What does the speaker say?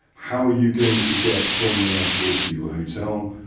how are you going to get from the airport to your hotel?